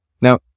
now